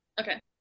Okay